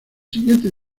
siguiente